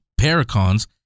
Paracons